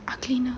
are cleaner